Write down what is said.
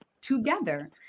together